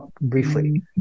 briefly